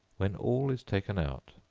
when all is taken out,